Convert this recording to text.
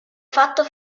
fatto